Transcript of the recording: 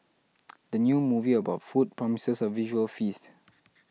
the new movie about food promises a visual feast